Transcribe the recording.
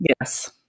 Yes